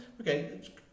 okay